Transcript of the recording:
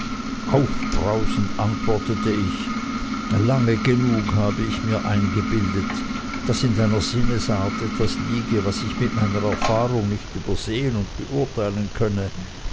aufbrausend antwortete ich lange genug habe ich mir eingebildet daß in deiner sinnesart etwas liege was ich mit meiner erfahrung nicht übersehen und beurteilen könne